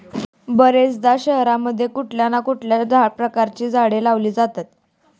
बर्याच शहरांमध्ये कुठल्या ना कुठल्या प्रकारची झाडे लावली जातात